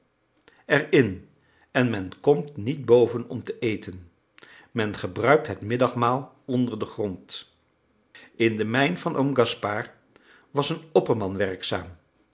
in en men komt niet boven om te eten men gebruikt het middagmaal onder den grond in de mijn van oom gaspard was een opperman werkzaam